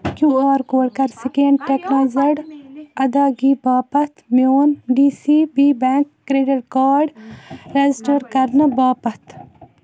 Q R code کَر scan tokenized ادایگی باپتھ میون D C B bank credit card register کرنہٕ باپتھ